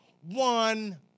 one